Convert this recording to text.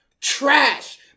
Trash